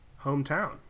hometown